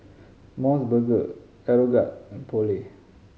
Mos Burger Aeroguard and Poulet